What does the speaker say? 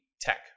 tech